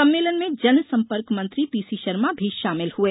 सम्मेलन में जनसंपर्क मंत्री पीसी शर्मा भी शामिल हुए